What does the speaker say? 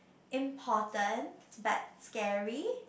important but scary